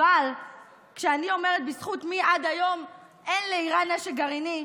אבל כשאני אומרת בזכות מי עד היום אין לאיראן נשק גרעיני,